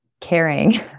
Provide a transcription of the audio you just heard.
caring